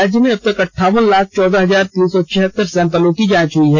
राज्य में अब तक अंठावन लाख चौदह हजार तीन सौ छिहतर सैंपलों की जांच हुई है